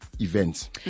Events